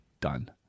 Done